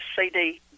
CD